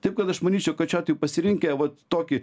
taip kad aš manyčiau kad šiuo atveju pasirinkę vat tokį